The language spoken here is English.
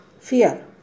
fear